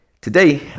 Today